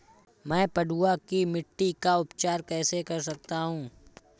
मैं पडुआ की मिट्टी का उपचार कैसे कर सकता हूँ?